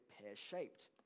pear-shaped